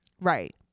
Right